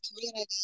community